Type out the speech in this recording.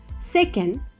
Second